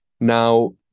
Now